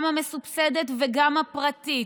גם המסובסדת וגם הפרטית,